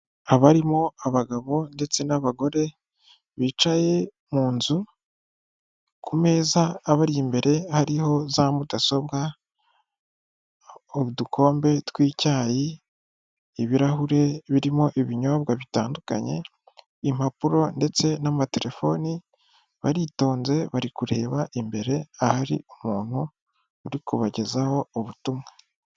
Abarimo abagabo ndetse n'abagore bicaye mu nzu ku meza abari imbere hariho za mudasobwa, udukombe tw'icyayi, ibirahuri birimo ibinyobwa bitandukanye, impapuro ndetse n'amatelefoni, baritonze bari kureba imbere ahari umuntu uri kubagezaho ubutumwa.